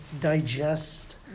digest